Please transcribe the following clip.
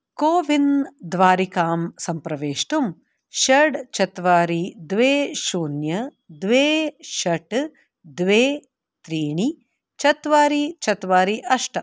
को विन् द्वारिकां सम्प्रवेष्टुं षट् चत्वारि द्वे शून्य द्वे षट् द्वे त्रीणि चत्वारि चत्वारि अष्ट